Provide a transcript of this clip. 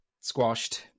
squashed